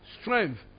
strength